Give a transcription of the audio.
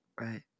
Right